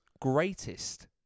greatest